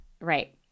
Right